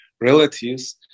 relatives